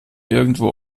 irgendwo